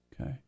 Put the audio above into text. Okay